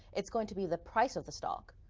it's going to be the price of the stock,